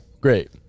great